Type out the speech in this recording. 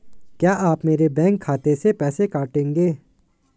क्या आप मेरे बैंक खाते से पैसे काटेंगे?